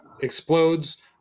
explodes